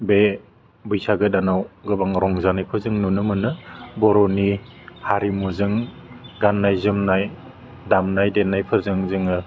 बे बैसागो दानाव गोबां रंजानायखौ जों नुनो मोनो बर'नि हारिमुजों गान्नाय जोमन्नाय दामनाय देन्नायफोरजों जोङो